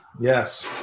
Yes